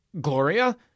Gloria